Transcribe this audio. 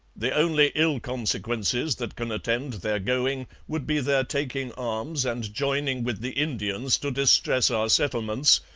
the only ill consequences that can attend their going would be their taking arms and joining with the indians to distress our settlements,